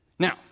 Now